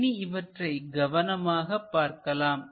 இனி இவற்றை கவனமாக பார்க்கலாம்